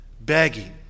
begging